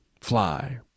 Fly